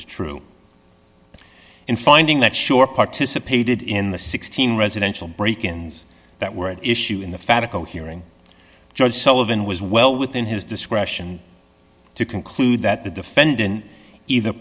is true in finding that sure participated in the sixteen residential break ins that were at issue in the fabric of hearing judge sullivan was well within his discretion to conclude that the defendant either